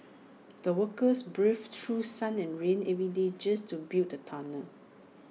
the workers braved through sun and rain every day just to build the tunnel